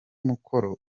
mukoro